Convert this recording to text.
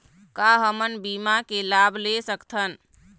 का हमन बीमा के लाभ ले सकथन?